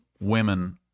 women